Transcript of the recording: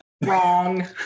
wrong